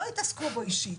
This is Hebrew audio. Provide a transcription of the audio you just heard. לא יתעסקו בו אישית,